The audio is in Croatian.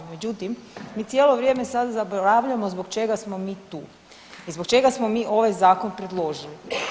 Međutim, mi cijelo vrijeme sada zaboravljamo zbog čega smo mi tu i zbog čega smo mi ovaj Zakon predložili.